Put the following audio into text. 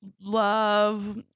Love